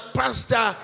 pastor